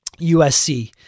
USC